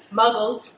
muggles